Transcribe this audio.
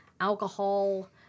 alcohol